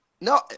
No